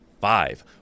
five